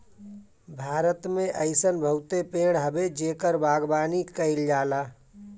भारत में अइसन बहुते पेड़ हवे जेकर बागवानी कईल जाला